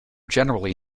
generally